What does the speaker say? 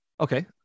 Okay